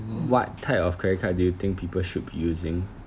what type of credit card do you think people should be using